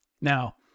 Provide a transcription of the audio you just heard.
Now